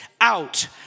out